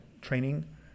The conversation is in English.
training